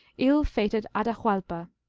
ill-fated atahuallpa.